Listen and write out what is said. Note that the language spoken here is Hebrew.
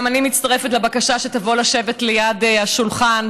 גם אני מצטרפת לבקשה שתבוא לשבת ליד השולחן,